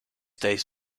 days